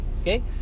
okay